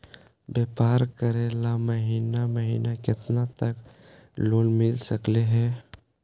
व्यापार करेल महिने महिने केतना तक लोन मिल सकले हे?